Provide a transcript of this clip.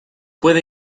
puede